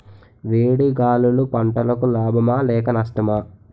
వేడి గాలులు పంటలకు లాభమా లేక నష్టమా?